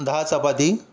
दहा चपाती